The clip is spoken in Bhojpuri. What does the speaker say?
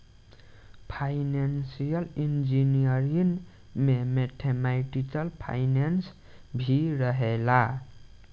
फाइनेंसियल इंजीनियरिंग में मैथमेटिकल फाइनेंस भी रहेला